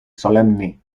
solemnly